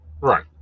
Right